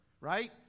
Right